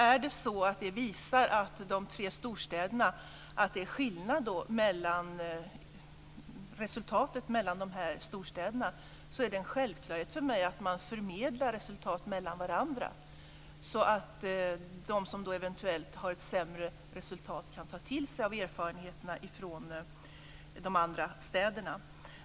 Är det så att den visar att det är skillnad mellan resultaten i de tre storstäderna är det en självklarhet för mig att man förmedlar resultat mellan varandra. De som eventuellt har ett sämre resultat kan då ta till sig av erfarenheterna från de andra städerna.